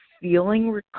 feeling